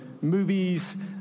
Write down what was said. movies